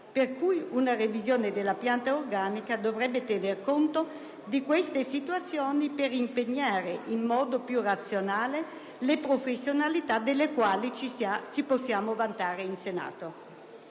revisione, pertanto, della pianta organica dovrebbe tener conto di queste situazioni per impegnare in modo più razionale le professionalità delle quali ci possiamo vantare in Senato.